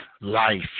life